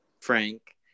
Frank